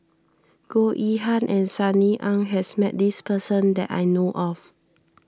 Goh Yihan and Sunny Ang has met this person that I know of